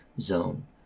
zone